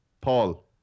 Paul